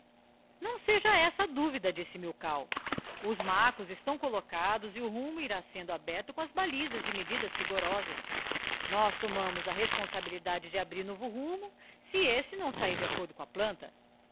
não seja essa a duvida disse milkau os marcos estão collocados e o rumo irá sendo aberto com as balisas e medidas rigorosas nós tomamos a responsabihdade de abrir novo rumo si este não sahir de accordo com a planta